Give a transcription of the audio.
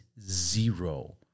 zero